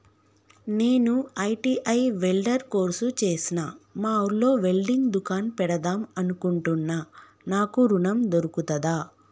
నేను ITI welder course చేశ్న మా ఊర్లో వెల్డింగ్ దుకాన్ పెడదాం అనుకుంటున్నా నాకు ఋణం దొర్కుతదా?